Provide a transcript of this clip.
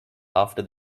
after